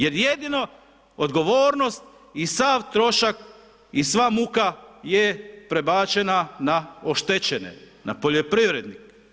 Jer jedino odgovornost i sav trošak i sva muka je prebačena na oštećene, na poljoprivrednike.